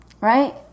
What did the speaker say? right